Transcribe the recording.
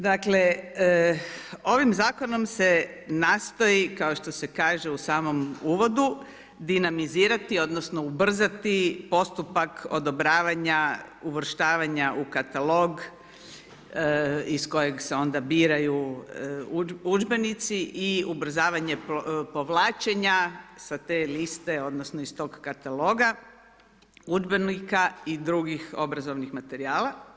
Dakle ovim zakonom se nastoji, kao što se kaže u samom uvodu, dinamizirati, odnosno ubrzati postupak odobravanja uvrštavanja u katalog iz kojeg se onda biraju udžbenici i ubrzavanje povlačenja sa te liste, odnosno iz tog kataloga udžbenika i drugih obrazovnih materijala.